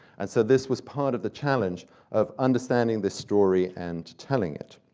and so this was part of the challenge of understanding the story, and telling it.